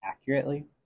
accurately